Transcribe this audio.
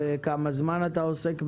וכמה זמן אתה עוסק בזה,